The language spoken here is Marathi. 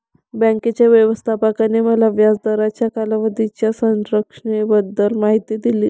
बँकेच्या व्यवस्थापकाने मला व्याज दराच्या कालावधीच्या संरचनेबद्दल माहिती दिली